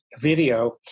video